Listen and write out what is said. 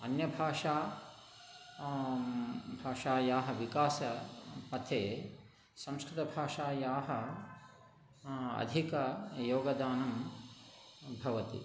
अन्यभाषा भाषायाः विकासमध्ये संस्कृतभाषायाः अधिकं योगदानं भवति